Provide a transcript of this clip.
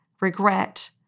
regret